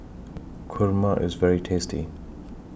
Kurma IS very tasty